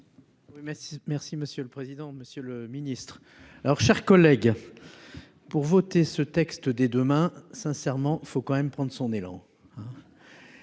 merci, Monsieur le président, Monsieur le Ministre. Alors chers collègues. Pour voter ce texte dès demain. Sincèrement, faut quand même prendre son élan.